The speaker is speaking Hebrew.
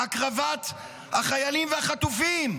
הקרבת החיילים והחטופים,